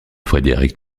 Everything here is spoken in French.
frederick